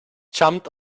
jumped